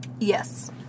Yes